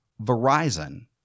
Verizon